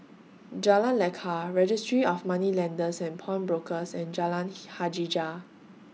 Jalan Lekar Registry of Moneylenders and Pawnbrokers and Jalan Hajijah